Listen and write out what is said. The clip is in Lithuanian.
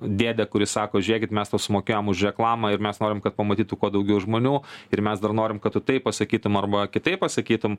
dėdę kuris sako žiūrėkit mes tau sumokėjom už reklamą ir mes norim kad pamatytų kuo daugiau žmonių ir mes dar norim kad tu taip pasakytum arba kitaip pasakytum